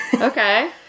Okay